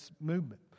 movement